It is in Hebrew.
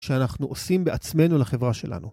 ‫שאנחנו עושים בעצמנו לחברה שלנו.